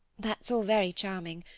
that's all very charming,